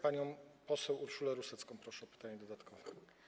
Panią poseł Urszulę Rusecką proszę o pytanie dodatkowe.